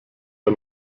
der